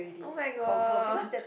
oh-my-god